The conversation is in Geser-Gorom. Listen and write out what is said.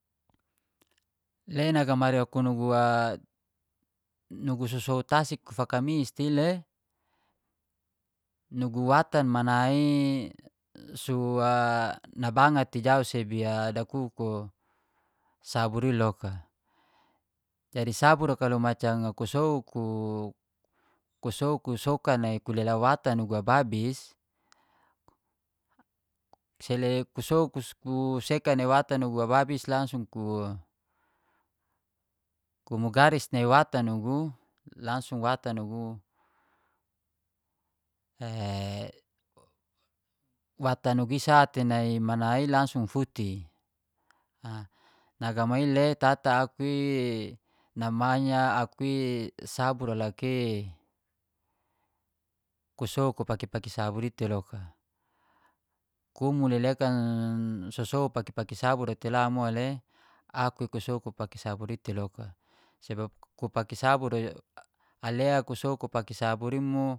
le nagamari aku nugu a nugu tasow-sow ku fakamis tei i le nugu watan manai su nabangat jau sebi dakuk o sabur i loka. Jadi sabur a macam ku sow ku sow kusoka nai kulela watan nugu ababis. Sele kusow ku seka nai watan i ababis langsung ku kumu garis nai watan nugu langsung watan nugu watan nugu isate nai mana i langsung futi. A naga mai ile tata aku i namanya aku i sabur ra loka i kusow ku o pake-pake sabur i tei loka. Kumu le lekan sosow pake-pake sabur ra tela mole, aku ku sow kupaki sabur i tei loka. Sebab ku pake sabur ra ale ku sow, ale ku sow ku pake sabur i mo".